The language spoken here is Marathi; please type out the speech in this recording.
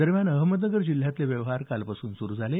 दरम्यान अहमदनगर जिल्ह्यातले व्यवहार कालपासून सुरू झाले